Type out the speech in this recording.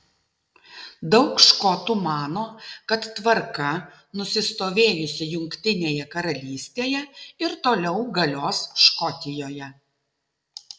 daug škotų mano kad tvarka nusistovėjusi jungtinėje karalystėje ir toliau galios škotijoje